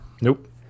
Nope